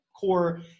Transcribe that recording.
core